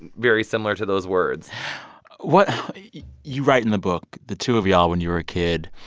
very similar to those words what you write in the book, the two of y'all, when you were a kid,